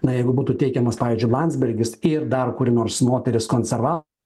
na jeigu būtų teikiamas pavyzdžiui landsbergis ir dar kuri nors moteris konserva